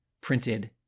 printed